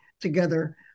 together